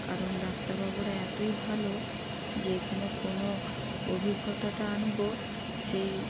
কারণ ডাক্তারবাবুরা এতই ভালো যে এখানে কোনো অভিজ্ঞতাটা আনব সেই